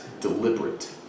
deliberate